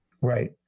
Right